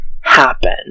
happen